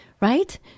right